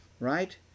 Right